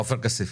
עופר כסיף.